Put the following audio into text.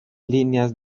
líneas